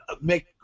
make